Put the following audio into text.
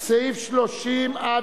הוועדה על סעיפים 30 36,